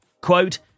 Quote